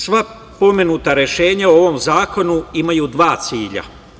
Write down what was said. Sva pomenuta rešenja o ovom zakonu imaju dva cilja.